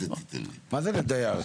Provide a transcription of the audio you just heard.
מה זה "לדייר"?